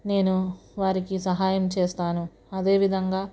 నేను వారికి సహాయం చేస్తాను అదే విధంగా